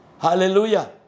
hallelujah